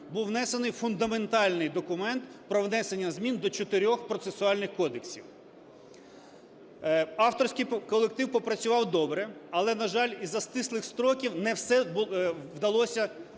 був внесений фундаментальний документ про внесення змін до чотирьох процесуальних кодексів. Авторський колектив попрацював добре. Але, на жаль, із-за стислих строків не все вдалося врахувати.